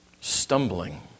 stumbling